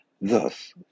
thus